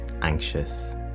anxious